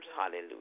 hallelujah